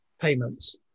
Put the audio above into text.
payments